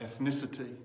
ethnicity